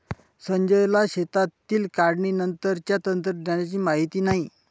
संजयला शेतातील काढणीनंतरच्या तंत्रज्ञानाची माहिती नाही